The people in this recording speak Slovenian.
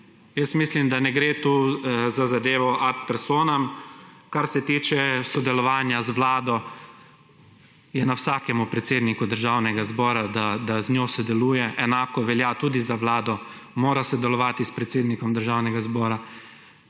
jaz mislim, da ne gre tukaj za zadevo ad personam, kar se tiče sodelovanja z Vlado, je na vsakemu predsedniku Državnega zbora, da z njo sodeluje, enako velja tudi za Vlado. Mora sodelovati s predsednikom Državnega zbora.